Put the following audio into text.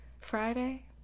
Friday